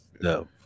No